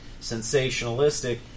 sensationalistic